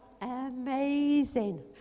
amazing